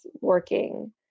working